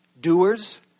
Doers